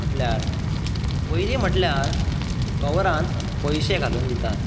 म्हटल्यार पयलीं म्हटल्यार कवरांत पयशे घालून दितात